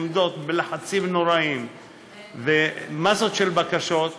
עומדות בלחצים נוראיים ובמסות של בקשות,